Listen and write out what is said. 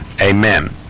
Amen